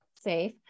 safe